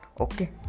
Okay